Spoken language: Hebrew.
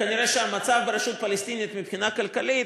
כנראה המצב ברשות הפלסטינית מבחינה כלכלית